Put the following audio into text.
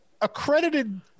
accredited